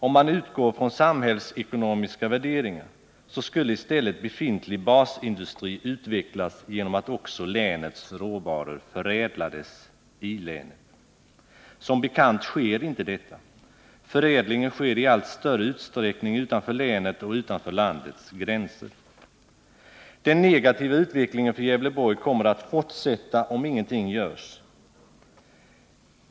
Om man utgår från samhällsekonomiska värderingar skulle man i stället utveckla befintlig basindustri genom att också förädla länets råvaror inom länet. Som bekant sker inte detta. Förädlingen förläggs i allt större utsträckning utanför länet och utanför landets gränser. Den negativa utvecklingen för Gävleborg kommer att fortsätta om ingenting görs.